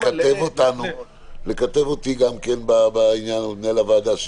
לכתב גם אותי בעניין או את מנהל הוועדה,